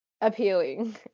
appealing